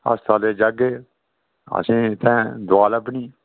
हस्तालै जाग्गे असें इत्थें दोआ लब्भनी